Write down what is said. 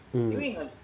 hmm